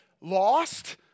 lost